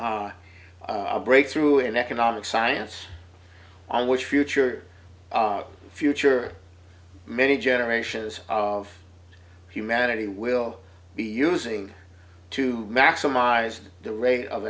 a breakthrough in economic science i wish future future many generations of humanity will be using to maximize the rate of